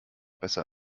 besser